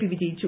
P വിജയിച്ചു